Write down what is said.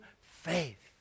faith